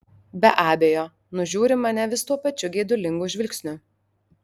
be abejo nužiūri mane vis tuo pačiu geidulingu žvilgsniu